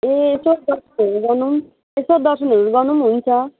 ए यसो दर्शनहरू गर्नु पनियएसो दर्शनहरू गर्नु पनि हुन्छ